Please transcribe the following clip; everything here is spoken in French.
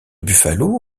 buffalo